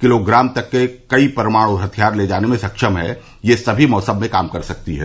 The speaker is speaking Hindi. किलोग्राम तक के कई परमाणु हथियार ले जाने में सक्षम है और यह सभी मैसम में काम कर सकती है